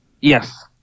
Yes